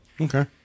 Okay